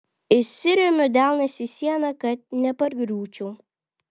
įsiremiu delnais į sieną kad nepargriūčiau